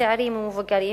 צעירים ומבוגרים